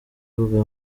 bwa